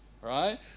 Right